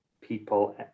people